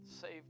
Save